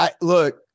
look